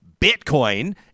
bitcoin